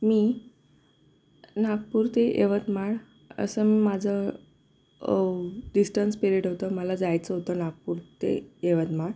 मी नागपूर ते यवतमाळ असं मी माझं डिस्टन्स पिरेड होतं मला जायचं होतं नागपूर ते यवतमाळ